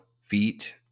feet